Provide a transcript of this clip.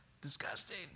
disgusting